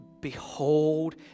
behold